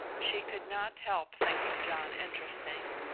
she could not help thinking john interesting.